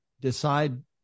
decide